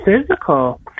physical